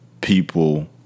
people